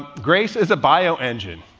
grace is a bio engine.